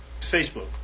Facebook